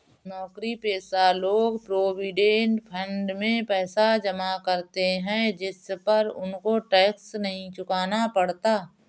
नौकरीपेशा लोग provident fund में पैसा जमा करते है जिस पर उनको टैक्स नहीं चुकाना पड़ता